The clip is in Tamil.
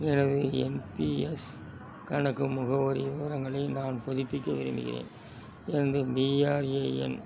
எனது என்பிஎஸ் கணக்கு முகவரி விவரங்களை நான் புதுப்பிக்க விரும்புகிறேன் எனது பிஆர்ஏஎன்